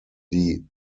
die